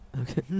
okay